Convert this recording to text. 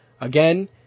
Again